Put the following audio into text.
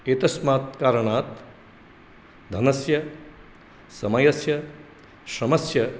एतस्मात् कारणात् धनस्य समयस्य श्रमस्य